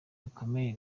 bikomeye